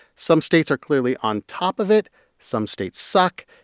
some states are clearly on top of it some states suck.